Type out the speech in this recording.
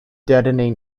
deadening